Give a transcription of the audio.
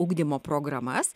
ugdymo programas